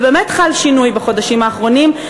ובאמת חל שינוי בחודשים האחרונים,